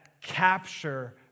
capture